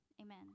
Amen